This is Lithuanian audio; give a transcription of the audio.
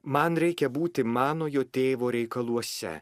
man reikia būti manojo tėvo reikaluose